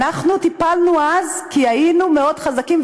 אנחנו טיפלנו אז כי היינו מאוד חזקים,